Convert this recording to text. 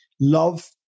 love